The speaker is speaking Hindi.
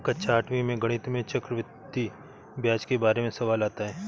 कक्षा आठवीं में गणित में चक्रवर्ती ब्याज के बारे में सवाल आता है